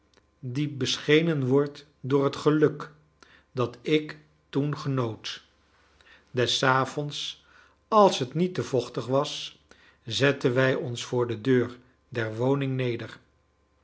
die beschenen wordt door het geluk dat ik toen genoot des avonds als het niet te vochtig was zetten wij ons voor de deur der woning neder